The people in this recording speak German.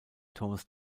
thomas